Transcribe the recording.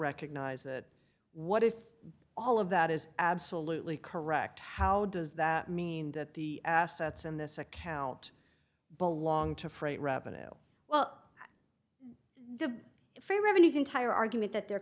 recognize that what if all of that is absolutely correct how does that mean that the assets in this account belong to freight revenue well the free revenues entire argument that they're